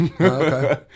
Okay